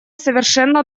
совершенно